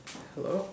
hello